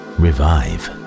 revive